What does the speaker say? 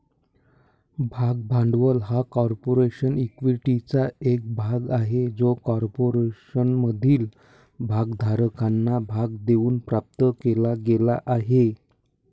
भाग भांडवल हा कॉर्पोरेशन इक्विटीचा एक भाग आहे जो कॉर्पोरेशनमधील भागधारकांना भाग देऊन प्राप्त केला गेला आहे